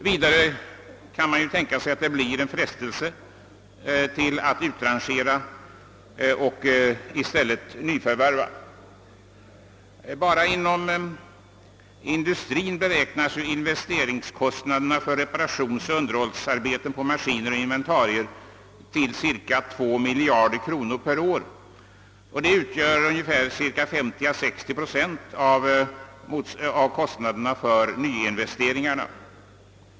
Vidare kan många tänkas bli frestade att i stället utrangera och nyförvärva. Bara inom industrin beräknas investeringskostnaderna för reparationsoch underhållsarbeten på maskiner och inventarier till cirka 2 miljarder kronor per år, vilket utgör 50—60 procent av kostnaderna för nyinvesteringarna.